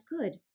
good